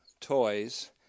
toys